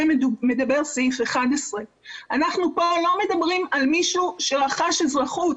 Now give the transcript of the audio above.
מדבר סעיף 11. אנחנו פה לא מדברים על מישהו שרכש אזרחות.